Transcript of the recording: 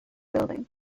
building